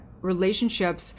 relationships